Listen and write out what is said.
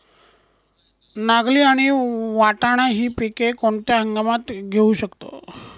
नागली आणि वाटाणा हि पिके कोणत्या हंगामात घेऊ शकतो?